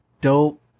dope